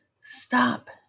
stop